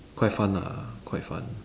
quite fun ah quite fun